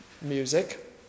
music